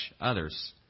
others